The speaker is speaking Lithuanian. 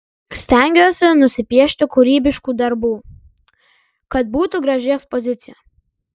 stengiuosi nusipiešti kūrybiškų darbų kad būtų graži ekspozicija